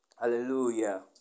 Hallelujah